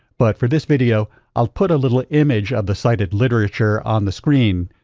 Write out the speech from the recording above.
but for this video i'll put a little image of the cited literature on the screen,